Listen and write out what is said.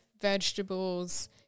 vegetables